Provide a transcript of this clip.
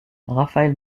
rafael